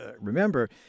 remember